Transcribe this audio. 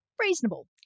reasonable